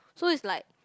so it's like